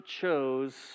chose